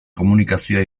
komunikazioa